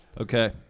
Okay